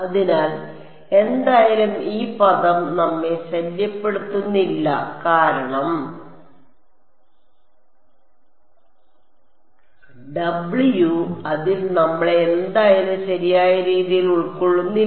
അതിനാൽ എന്തായാലും ഈ പദം നമ്മെ ശല്യപ്പെടുത്തുന്നില്ല കാരണം W അതിൽ നമ്മളെ എന്തായാലും ശരിയായ രീതിയിൽ ഉൾക്കൊള്ളുന്നില്ല